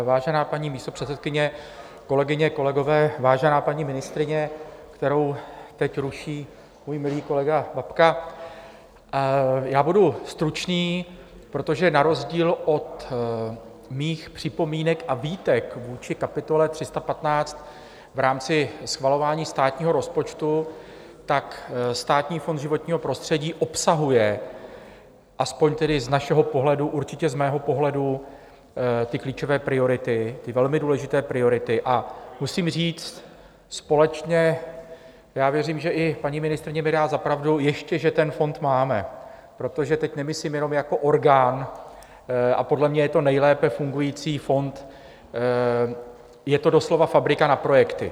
Vážená paní místopředsedkyně, kolegyně, kolegové, vážená paní ministryně, kterou teď ruší můj milý kolega Babka, budu stručný, protože na rozdíl od mých připomínek a výtek vůči kapitole 315 v rámci schvalování státního rozpočtu, Státní fond životního prostředí obsahuje aspoň tedy z našeho pohledu, určitě z mého pohledu klíčové priority, ty velmi důležité priority, a musím říct společně, já věřím, že i paní ministryně mi dá za pravdu, ještě že ten fond máme, protože teď nemyslím jenom jako orgán podle mě je to nejlépe fungující fond, je to doslova fabrika na projekty.